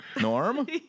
Norm